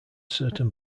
certain